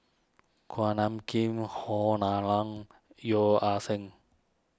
Kuak Nam Jin Han Lao Da Yeo Ah Seng